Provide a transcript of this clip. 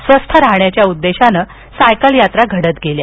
स्वस्थ राहण्याच्या उद्देशानं सायकल यात्रा घडत गेल्या